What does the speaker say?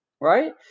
Right